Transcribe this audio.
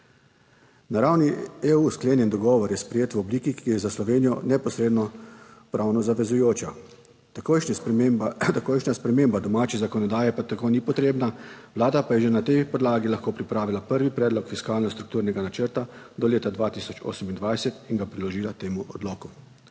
Na ravni EU sklenjen dogovor je sprejet v obliki, ki je za Slovenijo neposredno pravno zavezujoča, takojšnja sprememba, takojšnja sprememba domače zakonodaje pa tako ni potrebna. Vlada pa je že na tej podlagi lahko pripravila prvi predlog fiskalno strukturnega načrta do leta 2028 in ga priložila temu odloku.